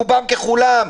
רובם ככולם,